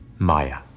Maya